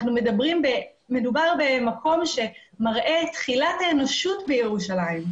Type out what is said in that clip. מדובר במקום שמראה תחילת האנושות בירושלים,